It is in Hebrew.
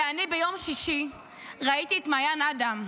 ואני ביום שישי ראיתי את מעיין אדם.